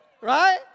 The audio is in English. Right